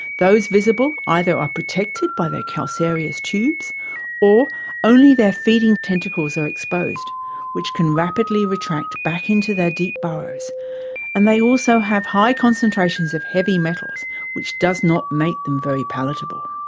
those visible either are protected by their calcareous tubes or only their feeding tentacles are exposed which can rapidly retract back into their deep burrows and they also have high concentrations of heavy metals which does not make them palatable.